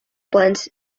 blends